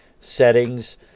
settings